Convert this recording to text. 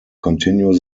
continue